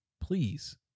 please